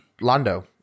Lando